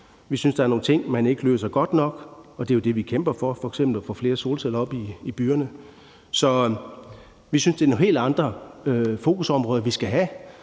Vi synes, der er nogle ting, man ikke løser godt nok, og det er jo det, vi kæmper for, f.eks. at få flere solceller op i byerne. Så vi synes, det er nogle helt andre fokusområder, vi skal have.